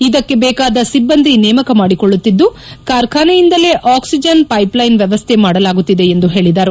ಇದಕ್ಕೆ ಬೇಕಾದ ಸಿಬ್ಬಂದಿ ನೇಮಕ ಮಾಡಿಕೊಳ್ಳುತ್ತಿದ್ದು ಕಾರ್ಖಾನೆಯಿಂದಲೇ ಆಕ್ಸಿಜನ್ ಪೈಪ್ಲೈನ್ ವ್ಯವಸ್ಥೆ ಮಾಡಲಾಗುತ್ತಿದೆ ಎಂದು ಹೇಳಿದರು